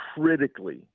critically